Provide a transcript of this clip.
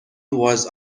was